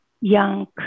young